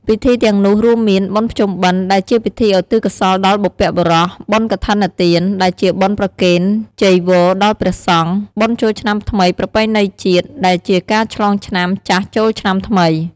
ពិធីទាំងនោះរួមមាន បុណ្យភ្ជុំបិណ្ឌ ដែលជាពិធីឧទ្ទិសកុសលដល់បុព្វបុរស, បុណ្យកឋិនទាន ដែលជាបុណ្យប្រគេនចីវរដល់ព្រះសង្ឃ, បុណ្យចូលឆ្នាំថ្មីប្រពៃណីជាតិ ដែលជាការឆ្លងឆ្នាំចាស់ចូលឆ្នាំថ្មី។